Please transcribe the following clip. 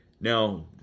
Now